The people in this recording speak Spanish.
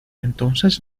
entonces